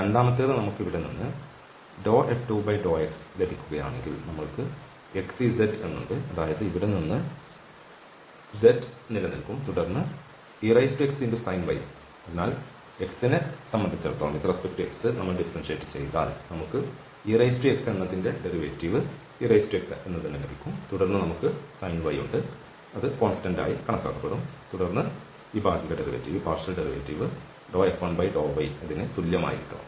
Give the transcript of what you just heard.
രണ്ടാമത്തേത് നമുക്ക് ഇവിടെ നിന്ന് F2∂x ലഭിക്കുകയാണെങ്കിൽ നമ്മൾക്ക് xz ഉണ്ട് അതായത് ഇവിടെ നിന്ന് z നിലനിൽക്കും തുടർന്ന് exsin y അതിനാൽ x നെ സംബന്ധിച്ചിടത്തോളം നമ്മൾ ഡിഫറൻഷ്യേറ്റ് ചെയ്താൽ നമുക്ക് ex എന്നതിന്റെ ഡെറിവേറ്റീവ് exലഭിക്കും തുടർന്ന് നമുക്ക് ഈ sin y ഉണ്ട് അത് കോൺസ്റ്റൻണ്ട് ആയി കണക്കാക്കപ്പെടും തുടർന്ന് ഈ ഭാഗിക ഡെറിവേറ്റീവ് F1∂y ന് തുല്യമായിരിക്കണം